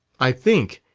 i think,